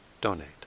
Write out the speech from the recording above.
donate